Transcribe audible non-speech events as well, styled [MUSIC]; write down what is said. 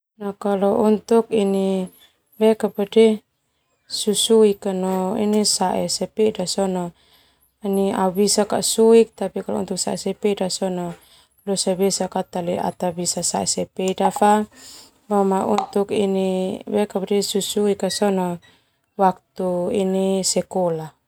Kalau untuk ini [HESITATION] susuik no ini sae sepeda sona au suik alelak tapi sepeda sona losa besak au ta ini alelak boma susik ka sona waktu sekolah.